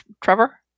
Trevor